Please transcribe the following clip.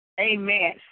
Amen